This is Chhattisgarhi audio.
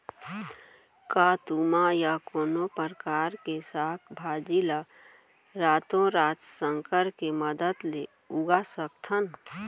का तुमा या कोनो परकार के साग भाजी ला रातोरात संकर के मदद ले उगा सकथन?